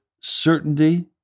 certainty